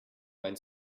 mein